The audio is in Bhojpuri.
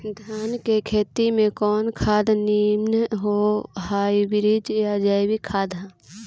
धान के खेती में कवन खाद नीमन होई हाइब्रिड या जैविक खाद?